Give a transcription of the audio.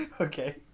Okay